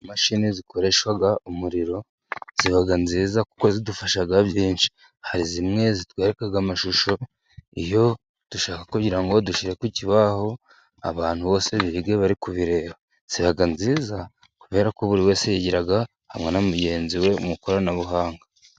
Imashini zikoresha umuriro ziba nziza kuko zidufasha byinshi. Hari zimwe zitwereka amashusho iyo dushaka kugira ngo dushyire ku kibaho abantu bose bige bari kubireba. ziba nziza kubera ko buri wese yigira hamwe na mugenzi we mu ikoranabuhanga.